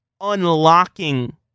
unlocking